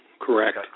Correct